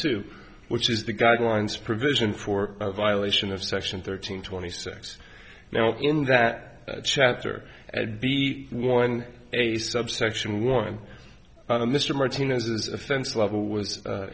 two which is the guidelines provision for violation of section thirteen twenty six now in that chapter and be one a subsection one mr martinez's offense level w